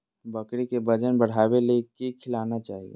बकरी के वजन बढ़ावे ले की खिलाना चाही?